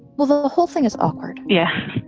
well, the whole thing is awkward. yes.